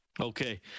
Okay